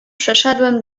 przeszedłem